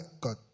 God